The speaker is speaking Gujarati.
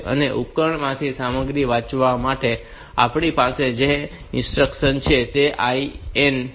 અને ઉપકરણમાંથી સામગ્રી વાંચવા માટે આપણી પાસે જે ઇન્સ્ટ્રક્શન્સ છે તે IN છે